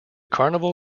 carnival